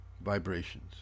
vibrations